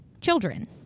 children